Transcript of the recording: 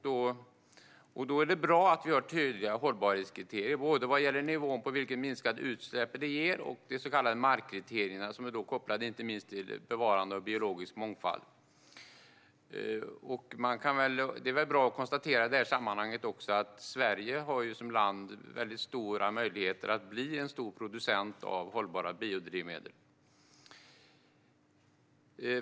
Därför är det bra att vi har tydliga hållbarhetskriterier både vad gäller nivån på de minskade utsläpp de ger och vad gäller de så kallade markkriterierna, som är kopplade inte minst till ett bevarande av biologisk mångfald. I sammanhanget är det bra att kunna konstatera att Sverige som land har stora möjligheter att bli en stor producent av hållbara biodrivmedel.